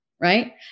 right